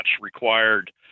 required